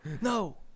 no